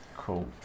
cool